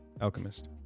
Alchemist